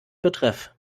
betreff